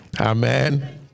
Amen